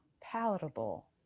palatable